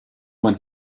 when